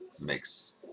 mix